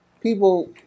People